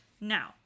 now